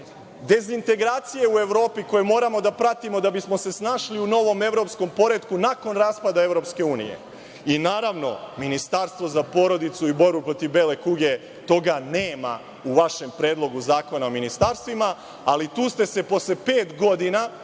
dezintegracije u Evropi koje moramo da pratimo da bismo se snašli u novom evropskom poretku nakon raspada EU i naravno ministarstvo za porodicu i borbu protiv bele kuge, toga nema u vašem Predlogu zakona o ministarstvima, ali tu ste se posle pet godina